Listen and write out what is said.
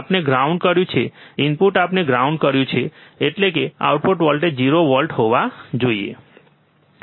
આપણે ગ્રાઉન્ડ કર્યું છે ઇનપુટ આપણે ગ્રાઉન્ડ કર્યું છે એટલે કે આઉટપુટ વોલ્ટેજ 0 વોલ્ટ હોવા જોઈએ